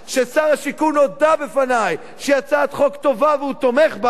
ששר השיכון הודה בפני שהיא הצעת חוק טובה והוא תומך בה,